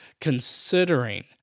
Considering